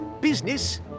Business